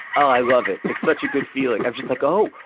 i love it. it's such a good feeling. i'm just like, oh,